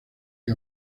que